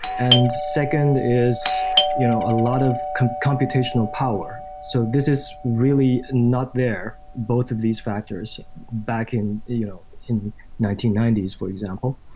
and second is you know a lot of computational power. so this is really not there, both of these factors back in you know in nineteen ninety s, for example.